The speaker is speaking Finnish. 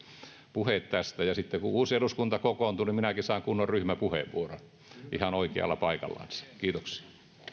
puheet tästä ja sitten kun uusi eduskunta kokoontuu niin minäkin saan kunnon ryhmäpuheenvuoron ihan oikealla paikallansa kiitoksia